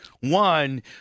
One